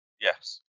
Yes